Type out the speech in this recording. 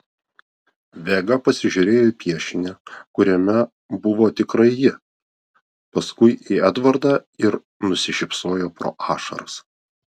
vega pasižiūrėjo į piešinį kuriame buvo tikrai ji paskui į edvardą ir nusišypsojo pro ašaras